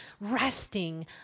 resting